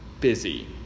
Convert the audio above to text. busy